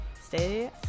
Stay